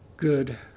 Good